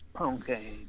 Okay